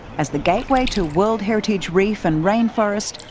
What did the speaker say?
as the gateway to world heritage reef and rainforest,